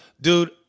dude